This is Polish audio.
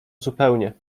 zupełnie